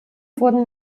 wurden